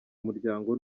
muryango